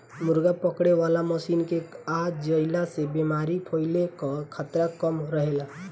मुर्गा पकड़े वाला मशीन के आ जईला से बेमारी फईले कअ खतरा कम रहेला